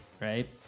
right